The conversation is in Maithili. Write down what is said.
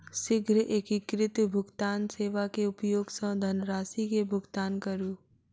शीघ्र एकीकृत भुगतान सेवा के उपयोग सॅ धनरशि के भुगतान करू